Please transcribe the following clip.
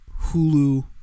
Hulu